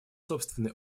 собственный